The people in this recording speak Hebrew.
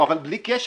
אבל בלי קשר,